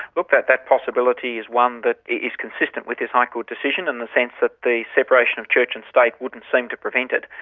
look, that that possibility is one that is consistent with this high court decision in the sense that the separation of church and state wouldn't seem to prevent it.